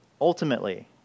Ultimately